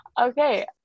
Okay